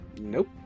Nope